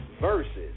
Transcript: Versus